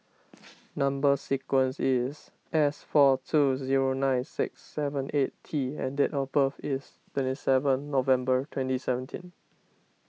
Number Sequence is S four two zero nine six seven eight T and date of birth is twenty seven November twenty seventeen